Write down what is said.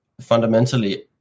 fundamentally